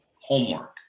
homework